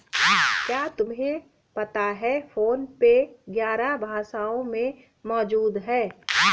क्या तुम्हें पता है फोन पे ग्यारह भाषाओं में मौजूद है?